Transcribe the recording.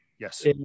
Yes